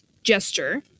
gesture